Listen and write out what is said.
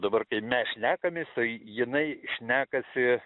dabar kai mes šnekamės tai jinai šnekasi